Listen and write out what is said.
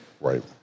Right